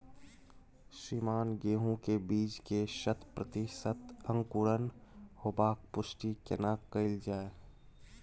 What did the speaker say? श्रीमान गेहूं के बीज के शत प्रतिसत अंकुरण होबाक पुष्टि केना कैल जाय?